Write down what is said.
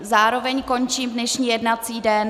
Zároveň končím dnešní jednací den.